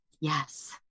Yes